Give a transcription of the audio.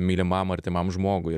mylimam artimam žmogui